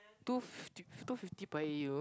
two fifty two fifty per A_U